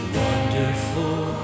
wonderful